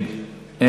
(רכיב ההוצאות המשפטיות במכירת דירה),